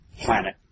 planet